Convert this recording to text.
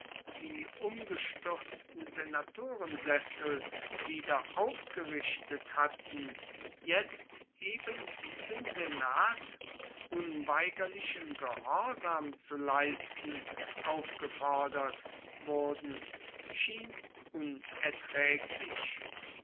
die umgestürzten senatorensessel wieder aufgerichtet hatten jetzt ebendiesem senat unweigerlichen gehorsam zu leisten aufgefordert wurden schien unerträglich